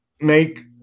make